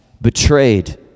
betrayed